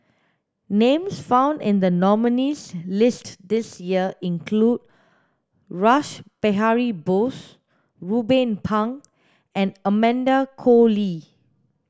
names found in the nominees' list this year include Rash Behari Bose Ruben Pang and Amanda Koe Lee